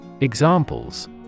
Examples